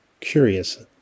curious